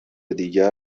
دیگر